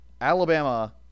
Alabama